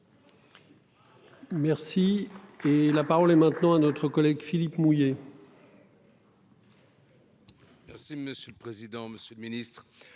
Merci. Et la parole est maintenant à notre collègue Philippe mouiller.